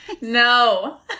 No